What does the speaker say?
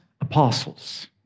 apostles